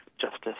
justice